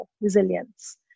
resilience